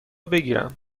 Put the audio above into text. بگیرم